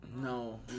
No